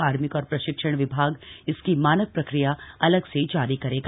कार्मिक और प्रशिक्षण विभाग इसकी मानक प्रक्रिया अलग से जारी करेगा